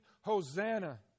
Hosanna